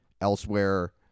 elsewhere